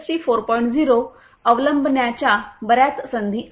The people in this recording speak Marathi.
0 अवलंबण्याच्या बर्याच संधी आहेत